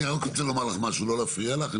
אני רוצה לומר לך משהו, לא להפריע לך.